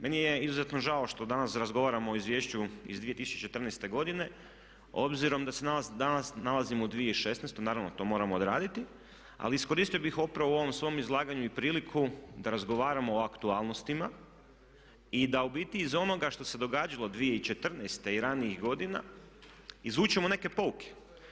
Meni je izuzetno žao što danas razgovaramo o Izvješću iz 2014. godine obzirom da se danas nalazimo u 2016., naravno to moramo odraditi, ali iskoristio bih upravo u ovom svom izlaganju priliku da razgovaramo o aktualnostima i da u biti iz onoga što se događalo 2014. i ranijih godina izvučemo neke pouke.